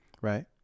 Right